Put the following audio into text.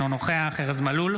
אינו נוכח ארז מלול,